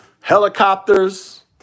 Helicopters